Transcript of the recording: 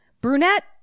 Brunette